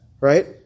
right